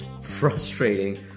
frustrating